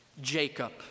Jacob